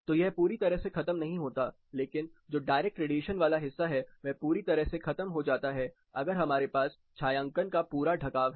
तो यह पूरी तरह से खत्म नहीं होता लेकिन जो डायरेक्ट रेडिएशन वाला हिस्सा है वह पूरी तरह से खत्म हो जाता है अगर हमारे पास छायांकन का पूरा ढकाव है